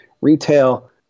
retail